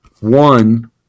one